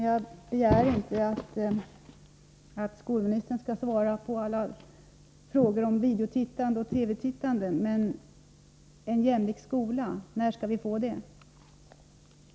Jag begär inte att statsrådet skall besvara alla frågor om videotittande och TV-tittande, men jag skulle vilja fråga: När får vi en jämlik skola?